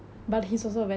he's like what